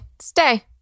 stay